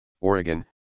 Oregon